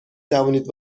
توانید